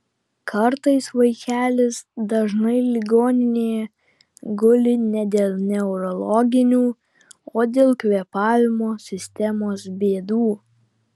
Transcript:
kartais vaikelis dažnai ligoninėje guli ne dėl neurologinių o dėl kvėpavimo sistemos bėdų